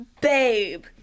babe